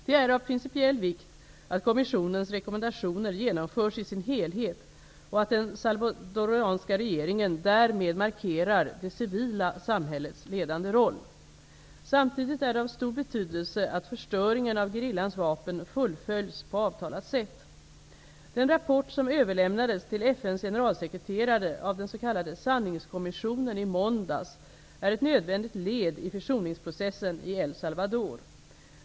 Det är av principiell vikt att kommissionens rekommendationer genomförs i sin helhet, och att den salvadoranska regeringen därmed markerar det civila samhällets ledande roll. Samtidigt är det av stor betydelse att förstöringen av gerillans vapen fullföljs på avtalat sätt. sanningskommissionen i måndags är ett nödvändigt led i försoningsprocessen i El Salvador.